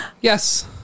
Yes